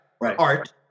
art